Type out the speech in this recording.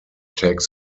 takes